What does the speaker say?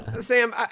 Sam